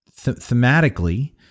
thematically